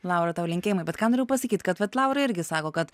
laura tau linkėjimai bet ką norėjau pasakyt kad vat laura irgi sako kad